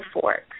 fork